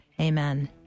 amen